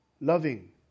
loving